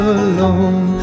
alone